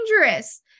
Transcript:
dangerous